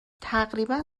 تقریبا